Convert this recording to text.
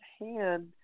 hand